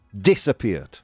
disappeared